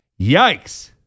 yikes